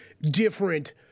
different